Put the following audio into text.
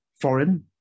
foreign